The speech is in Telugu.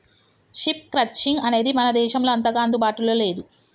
షీప్ క్రట్చింగ్ అనేది మన దేశంలో అంతగా అందుబాటులో లేదు